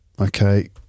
Okay